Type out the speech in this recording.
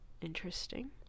Interesting